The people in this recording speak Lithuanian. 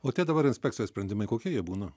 o dabar inspekcijos sprendimai kokie jie būna